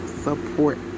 support